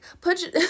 Put